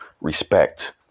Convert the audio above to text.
respect